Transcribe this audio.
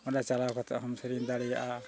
ᱚᱸᱰᱮ ᱪᱟᱞᱟᱣ ᱠᱟᱛᱮᱫ ᱦᱚᱸᱢ ᱥᱮᱨᱮᱧ ᱫᱟᱲᱮᱭᱟᱜᱼᱟ